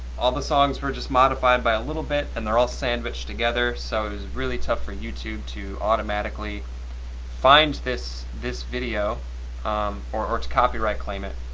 all the songs were just modified by a little bit, and they're all sandwiched together so it was really tough for youtube to automatically find this this video or or its copyright claim it,